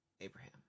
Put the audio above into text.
Abraham